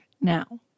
now